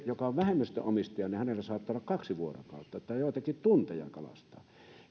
joka on vähemmistöomistaja saattaa olla kaksi vuorokautta tai joitakin tunteja kalastaa